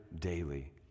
daily